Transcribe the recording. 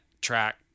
track